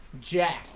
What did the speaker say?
Jack